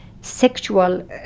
sexual